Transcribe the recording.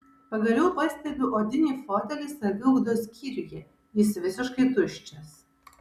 pagaliau pastebiu odinį fotelį saviugdos skyriuje jis visiškai tuščias